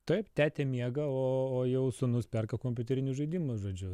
taip tetė miega o o jau sūnus perka kompiuterinius žaidimus žodžiu